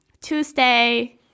Tuesday